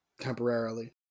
temporarily